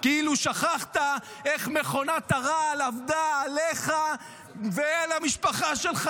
כאילו שכחת איך מכונת הרעל עבדה עליך ועל המשפחה שלך.